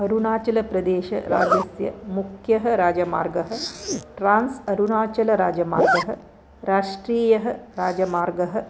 अरुणाचलप्रदेशराज्यस्य मुख्यः राजमार्गः ट्रान्स् अरुणाचलराजमार्गः राष्ट्रियराजमार्गः